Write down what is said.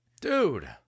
Dude